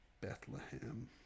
Bethlehem